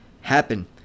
happen